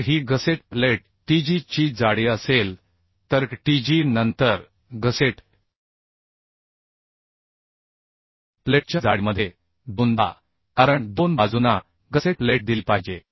जर ही gusset plate tg ची जाडी असेल तर tg नंतर गसेट प्लेटच्या जाडीमध्ये दोनदा कारण दोन बाजूंना गसेट प्लेट दिली पाहिजे